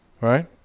Right